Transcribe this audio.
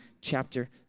chapter